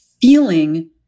feeling